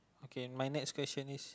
okay my next question is